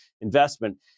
investment